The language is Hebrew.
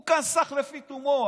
הוא כאן שח לפי תומו.